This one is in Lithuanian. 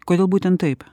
kodėl būtent taip